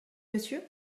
monsieur